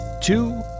two